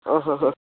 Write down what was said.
ହଁ ହଁ ହଁ